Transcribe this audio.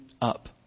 up